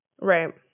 Right